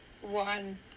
one